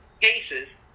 cases